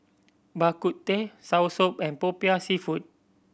Bak Kut Teh soursop and Popiah Seafood